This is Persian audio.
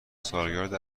سالگرد